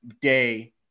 day